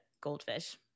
goldfish